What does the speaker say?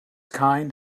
kind